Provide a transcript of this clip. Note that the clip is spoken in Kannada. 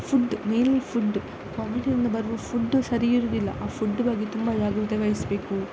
ಫುಡ್ ಮೇಯ್ನ್ಲೀ ಫುಡ್ಡ ಗೋರ್ಮೆಂಟಿಂದ ಬರುವ ಫುಡ್ಡು ಸರಿ ಇರುವುದಿಲ್ಲ ಆ ಫುಡ್ ಬಗ್ಗೆ ತುಂಬ ಜಾಗ್ರತೆ ವಹಿಸಬೇಕು